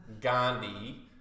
Gandhi